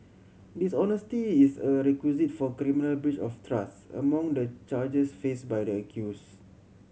dishonesty is a requisite for criminal breach of trust among the charges faced by the accused